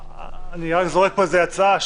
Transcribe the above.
אני רק זורק פה הצעה.